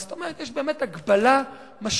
זאת אומרת, יש באמת הגבלה משמעותית